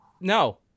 no